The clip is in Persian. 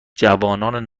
جوانان